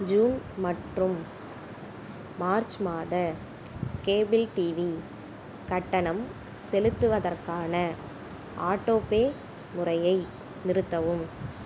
June மற்றும் March மாத cable TV கட்டணம் செலுத்துவதற்கான ஆட்டோபே முறையை நிறுத்தவும்